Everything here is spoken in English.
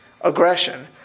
aggression